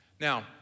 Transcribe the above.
Now